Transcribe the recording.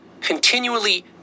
continually